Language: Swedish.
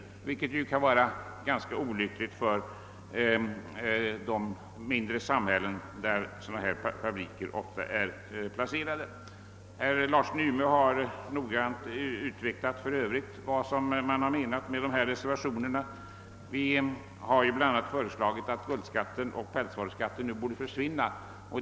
En sådan skulle nämligen kunna bli ganska olycklig för de mindre samhällen där sådana bär fabriker ofta är placerade. Herr Larsson i Umeå har för övrigt noggrant utvecklat vad man har menat med reservationerna. Vi har ju bl.a. föreslagit att skatten på guldsmedsoch pälsvaror skulle tas bort.